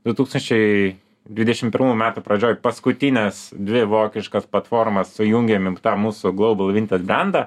du tūkstančiai dvidešim pirmų metų pradžioj paskutines dvi vokiškas platformas sujungėm tą mūsų glaubal vinted brendą